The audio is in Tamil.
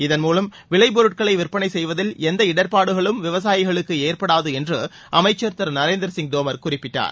இதன் மூலம் விளைப்பொருட்களை விற்பனை செய்வதில் எந்த இடர்பாடும் விவசாயிகளுக்கு ஏற்படாது என்று அமைச்சர் திரு நரேந்திர சிங் தோமர் குறிப்பிட்டார்